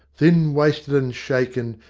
thin, wasted and shaken,